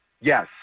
Yes